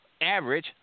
average